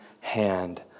hand